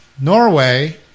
Norway